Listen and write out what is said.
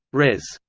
res.